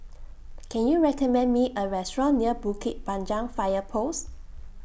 Can YOU recommend Me A Restaurant near Bukit Panjang Fire Post